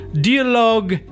Dialogue